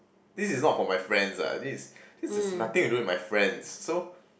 this is not for my friends ah this is this is nothing to do with my friends so